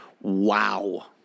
Wow